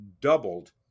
doubled